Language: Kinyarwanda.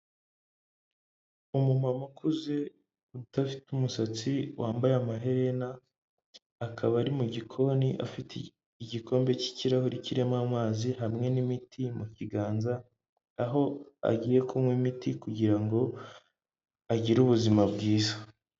Umumama ukuze udafite umusatsi, wambaye amaherena, akaba ari mu gikoni afite igikombe cy'ikirahure kirimo amazi hamwe n'imiti mu kiganza, aho agiye kunywa imiti kugira ngo agire ubuzima bwiza.